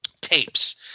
tapes